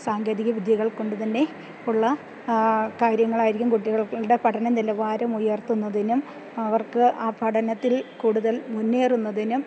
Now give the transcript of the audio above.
സാങ്കേതിക വിദ്യകൾ കൊണ്ട് തന്നെ ഉള്ള കാര്യങ്ങളായിരിക്കും കുട്ടികൾക്കുടെ പഠന നിലവാരം ഉയർത്തുന്നതിനും അവർക്ക് ആ പഠനത്തിൽ കൂടുതൽ മുന്നേറുന്നതിനും